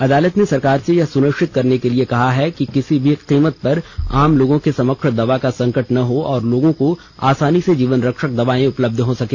अदालत ने सरकार से यह सुनिष्चित करने के लिए कहा है कि किसी भी कीमत पर आमलोगों के समक्ष दवा का संकट न हो और लोगों को आसानी से जीवन रक्षक दवाएं उपलब्ध हो सके